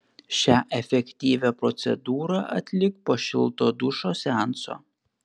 šią efektyvią procedūrą atlik po šilto dušo seanso